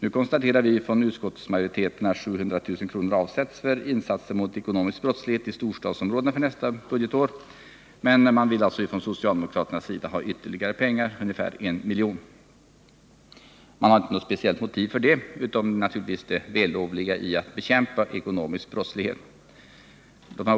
Utskottsmajoriteten konstaterar att 700 000 kr. avsatts för insatser mot ekonomisk brottslighet i storstadsområden för nästa budgetår. Men socialdemokraterna vill avsätta ytterligare ca 1 milj.kr. för ändamålet. Något speciellt motiv härför — utöver det naturligtvis vällovliga i att bekämpa ekonomisk brottslighet — anges inte.